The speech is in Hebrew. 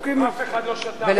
איך אתם שותקים?